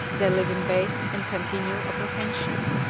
they live in base and continual apprehension.